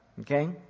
Okay